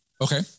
Okay